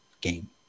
game